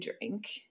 drink